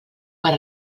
per